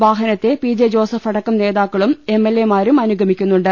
വാഹനത്തെ P J Joseph അടക്കം നേതാക്കളും എംഎൽഎമാരും അനുഗ്മിക്കുന്നുണ്ട്